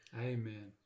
Amen